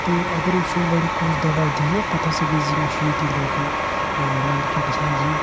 تہٕ اگرٔے سُہ وَنہِ کُس دوا دییو پتہٕ ہسا گٔیہِ زِ مےٚ چھُ یتی لوکل ٲں مارکیٚٹس منٛزٕے